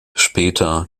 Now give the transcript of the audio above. später